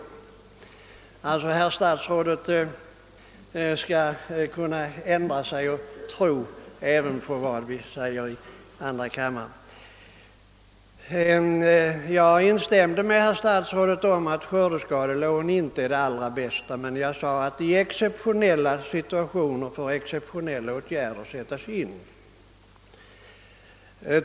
Jag anser alltså att herr statsrådet skall kunna ändra sig och tro även på vad vi säger i andra kammaren. Jag instämde med herr statsrådet att skördeskadelån inte är den allra bästa lösningen, men jag sade också att i exceptionella situationer måste exceptionella åtgärder sättas in.